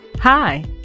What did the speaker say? Hi